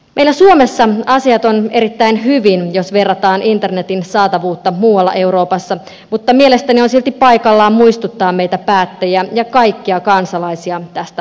meillä suomessa asiat ovat erittäin hyvin jos verrataan internetin saatavuuteen muualla euroopassa mutta mielestäni on silti paikallaan muistuttaa meitä päättäjiä ja kaikkia kansalaisia tästä oikeudesta